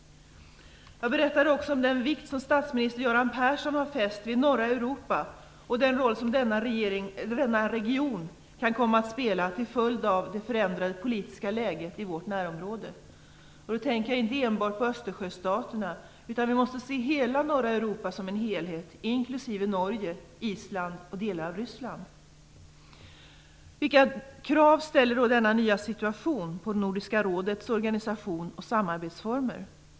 Jag berättade också om den vikt som statsminister Göran Persson har fäst vid norra Europa och den roll som denna region kan komma att spela till följd av det förändrade politiska läget i vårt närområde. Då tänker jag inte enbart på Östersjöstaterna, utan vi måste se hela norra Europa som en helhet, inklusive Norge, Island och delar av Ryssland. Vilka krav ställer då denna nya situation på Nordiska rådets organisation och samarbetsformer?